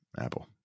Apple